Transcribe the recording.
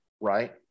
right